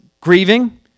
grieving